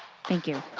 thank you.